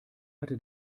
hatte